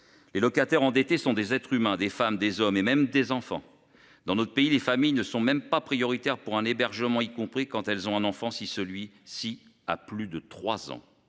Les locataires endettés sont des être s'humains, des femmes, des hommes et même des enfants dans notre pays. Les familles ne sont même pas prioritaire pour un hébergement y compris quand elles ont un enfant si celui-ci à plus de 3 ans.